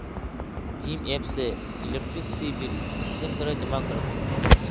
भीम app से electricity bill कुंसम करे जमा कर बो?